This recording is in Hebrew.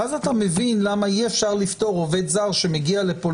ואז אתה מבין למה אי-אפשר לפטור עובד זר שמגיע לפה,